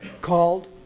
called